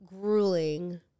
grueling